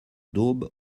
daube